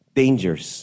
dangers